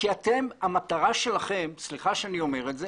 כי המטרה שלכם סליחה שאני אומר את זה